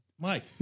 Mike